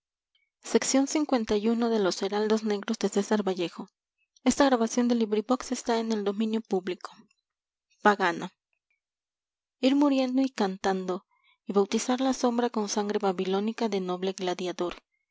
ir muriendo y cantando y bautizar la sombra con sangre babilónica de noble gladiador